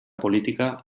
política